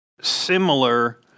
similar